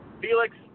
Felix